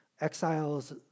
Exiles